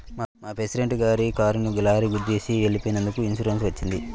మా ప్రెసిడెంట్ గారి కారుని లారీ గుద్దేసి వెళ్ళిపోయినందుకు ఇన్సూరెన్స్ వచ్చింది